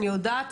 אני יודעת.